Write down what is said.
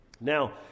Now